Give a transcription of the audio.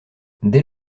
dès